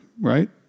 right